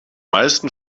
meisten